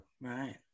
Right